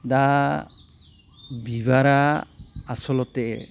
दा बिबारा आस'लटे